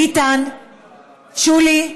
ביטן, שולי,